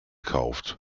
kauft